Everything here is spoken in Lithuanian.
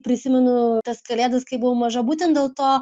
prisimenu tas kalėdas kai buvau maža būtent dėl to